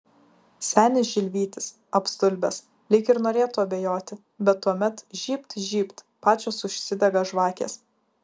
senis žilvytis apstulbęs lyg ir norėtų abejoti bet tuomet žybt žybt pačios užsidega žvakės